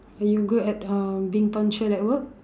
are you good at uh being punctual at work